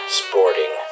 sporting